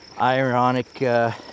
ironic